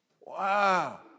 Wow